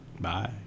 bye